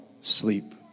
sleep